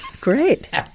Great